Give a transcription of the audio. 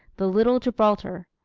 the little gibraltar.